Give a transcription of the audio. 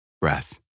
breath